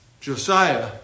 Josiah